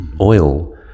oil